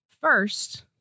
First